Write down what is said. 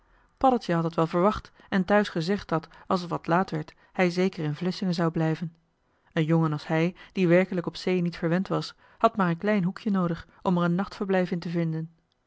paddeltje had dat wel verwacht en thuis gezegd dat als t wat laat werd hij zeker in vlissingen zou blijven een jongen als hij die werkelijk op zee niet verwend was had maar een klein hoekje noodig om er een nachtverblijf in te vinden